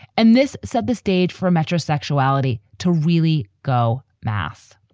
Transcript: and this set the stage for a metro sexuality to really go math